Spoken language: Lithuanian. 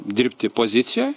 dirbti pozicijoj